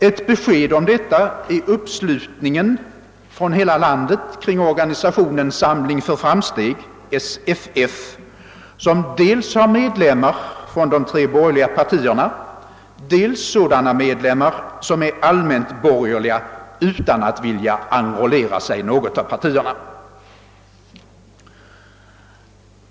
Ett besked om detta är uppslutningen från hela landet kring organisationen »Samling för framsteg», SFF, som dels har medlemmar från de tre borgerliga partierna, dels sådana medlemmar som är allmänt borgerliga utan att vilja enrollera sig i något av partierna.